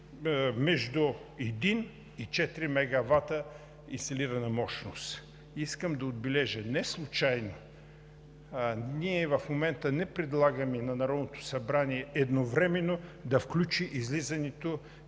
между 1 и 4 мегавата инсталирана мощност. Искам да отбележа неслучайно следното. Ние в момента не предлагаме на Народното събрание едновременно да включи излизането